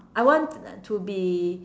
I want uh to be